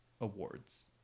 awards